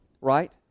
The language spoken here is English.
right